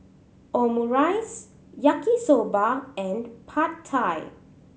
Omurice Yaki Soba and Pad Thai